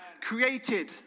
created